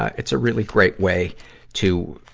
it's a really great way to,